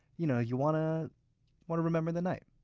you know you want to want to remember the night.